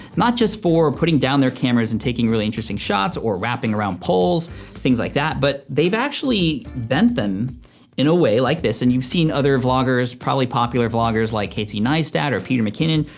not just for putting down their cameras and taking really interesting shots or wrapping around poles and things like that. but they've actually bent them in a way like this, and you've seen other vloggers, probably poopular vloggers like casey neistat or peter mckinnon,